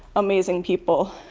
amazing people.